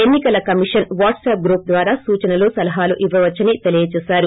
ఎన్నికల commission WhatsApp group ద్వారా సూచనలు సలహాలు ఇవవచ్చని తెలిపారు